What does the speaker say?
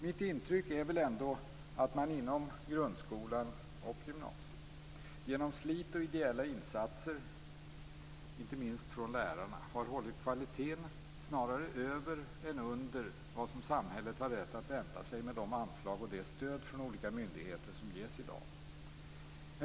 Mitt intryck är väl ändå att man inom grundskolan och gymnasiet genom slit och ideella insatser, inte minst från lärarna, har hållit kvaliteten snarare över än under vad samhället har rätt att vänta sig med de anslag och det stöd från olika myndigheter som i dag ges.